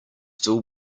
still